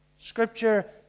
Scripture